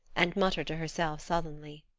and muttered to herself sullenly.